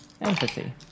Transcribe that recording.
Empathy